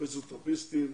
פיזיותרפיסטים,